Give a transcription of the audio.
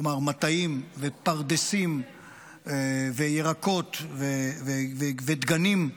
כלומר, מטעים ופרדסים וירקות ודגנים,